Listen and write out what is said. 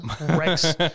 Rex